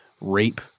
rape